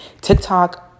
TikTok